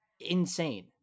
insane